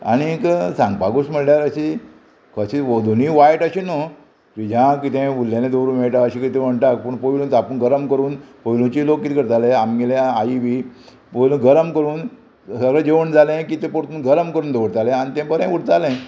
आनीक सांगपा गोश्ट म्हणल्यार अशी कशी दोनीय वायट अशी न्हू फ्रिजा कितें उरलेलें दवरूंक मेळटा अशें कितें म्हणटा पूण पयलू तापून गरम करून पयलुचें लोक किदें करताले आमगेल्या आई बी पयलू गरम करून सगळें जेवण जालें की तें परतून गरम करून दवरताले आनी तें बरें उरतालें